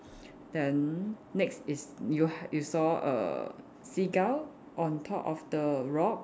then next is you h~ you saw a seagull on top of the rock